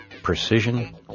precision